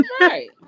Right